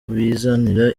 bizanira